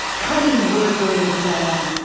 how many words are in the song.